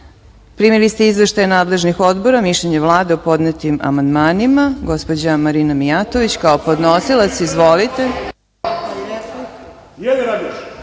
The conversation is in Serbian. ste izveštaje nadležnih odbora, mišljenje Vlade o podnetim amandmanima. Gospođa Marina Mijatović, kao podnosilac. Izvolite.